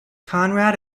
conrad